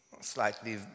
slightly